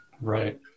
Right